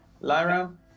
Lyra